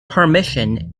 permission